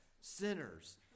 sinners